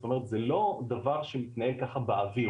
זאת אומרת זה לא דבר שמתנהל ככה באוויר,